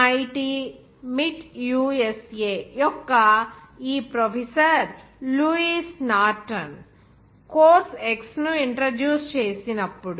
MIT USA యొక్క ఈ professor Louis Norton course X ను ఇంట్రడ్యూస్ చేసినప్పుడు